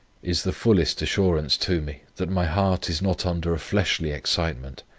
is the fullest assurance to me that my heart is not under a fleshly excitement,